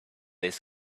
this